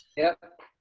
yep.